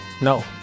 No